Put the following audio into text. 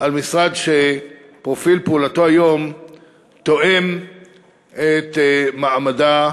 על משרד שפרופיל פעולתו היום תואם את מעמדה